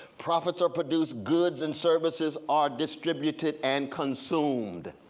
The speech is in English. profits are produced, goods and services are distributed and consumed.